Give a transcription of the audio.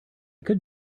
could